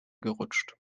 gerutscht